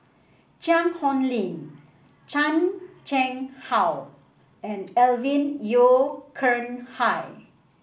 Cheang Hong Lim Chan Chang How and Alvin Yeo Khirn Hai